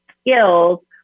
skills